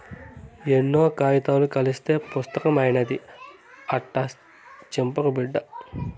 ఎన్నో కాయితాలు కలస్తేనే పుస్తకం అయితాది, అట్టా సించకు బిడ్డా